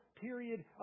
period